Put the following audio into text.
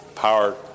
Power